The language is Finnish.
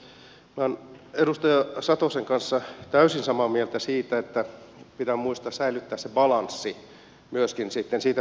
minä olen edustaja satosen kanssa täysin samaa mieltä siitä että pitää muistaa säilyttää se balanssi myöskin sitten siinä byrokratiassa jota rakennetaan